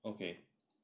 okay